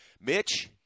Mitch